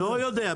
לא יודע.